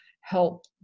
help